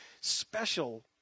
special